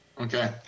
Okay